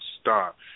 stop